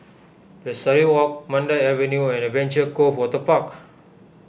Pesari Walk Mandai Avenue and Adventure Cove Waterpark